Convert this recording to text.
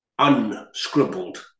unscribbled